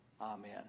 Amen